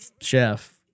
Chef